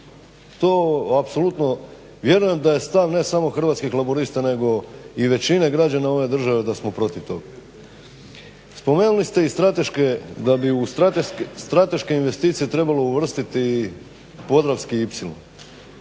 to apsolutno vjerujem da je stvar ne samo hrvatskih laburista nego i većine građana ove države da smo protiv toga. Spomenuli ste i strateške, da bi u strateške investicije trebalo uvrstiti podravski